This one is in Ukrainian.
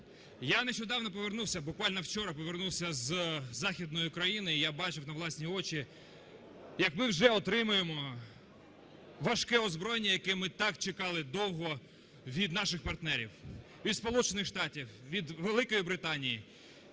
Я нещодавно повернувся, буквально вчора повернувся з Західної України і я бачив на власні очі, як ми вже отримуємо важке озброєння, яке ми так чекали довго від наших партнерів: від Сполучених Штатів, від Великої Британії.